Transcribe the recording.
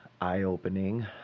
eye-opening